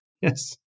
Yes